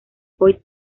point